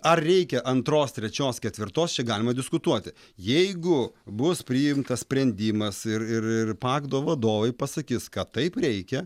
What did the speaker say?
ar reikia antros trečios ketvirtos čia galima diskutuoti jeigu bus priimtas sprendimas ir ir ir pagdo vadovai pasakys kad taip reikia